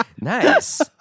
Nice